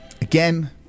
again